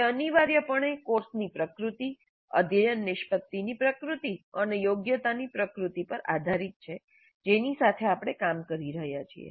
તે અનિવાર્યપણે કોર્સની પ્રકૃતિ અધ્યયન નિષ્પતિની પ્રકૃતિ અને યોગ્યતાની પ્રકૃતિ પર આધારીત છે જેની સાથે આપણે કામ કરી રહ્યા છીએ